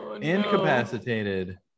Incapacitated